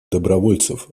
добровольцев